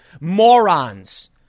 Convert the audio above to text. Morons